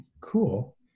cool